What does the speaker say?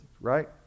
right